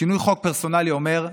שינוי חוק פרסונלי אומר: